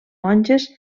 monges